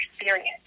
experience